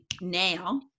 now